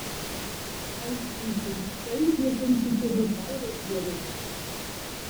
aiškiai kiurksai prie kompiuterio kiauras dienas